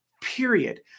period